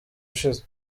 ushize